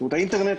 שירות האינטרנט,